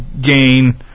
gain